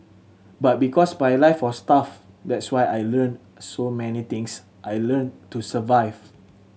but because my life was tough that's why I learnt so many things I learnt to survive